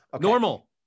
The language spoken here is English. Normal